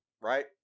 right